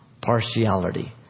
partiality